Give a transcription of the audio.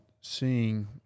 seeing